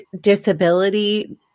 disability